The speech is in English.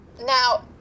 Now